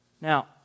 Now